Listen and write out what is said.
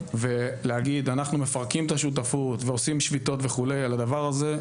ולהגיד "אנחנו מפרקים את השותפות ועושים שביתות וכו' על הדבר הזה,